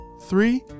three